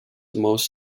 most